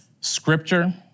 Scripture